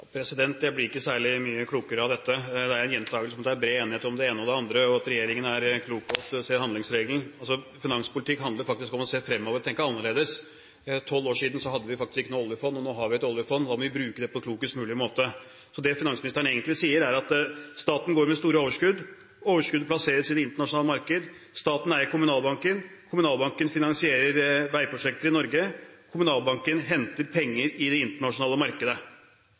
Jeg blir ikke særlig mye klokere av dette. Det er en gjentakelse om at det er bred enighet om det ene og det andre, og at regjeringen er klok og holder seg til handlingsregelen. Finanspolitikk handler faktisk om å se fremover og tenke annerledes. For tolv år siden hadde vi faktisk ikke noe oljefond. Nå har vi et oljefond, og da må vi bruke det på klokest mulig måte. Det finansministeren egentlig sier, er: Staten går med store overskudd, overskuddet plasseres i det internasjonale marked, staten eier Kommunalbanken, Kommunalbanken finansierer veiprosjekter i Norge, og Kommunalbanken henter penger i det internasjonale markedet.